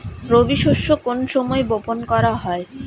রবি শস্য কোন সময় বপন করা হয়?